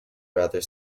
rather